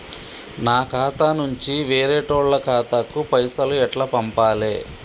నా ఖాతా నుంచి వేరేటోళ్ల ఖాతాకు పైసలు ఎట్ల పంపాలే?